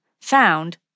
found